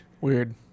Weird